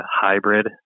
hybrid